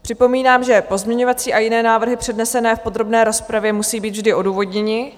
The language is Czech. Připomínám, že pozměňovací a jiné návrhy přednesené v podrobné rozpravě musí být vždy odůvodněny.